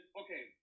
okay